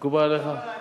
בהחלט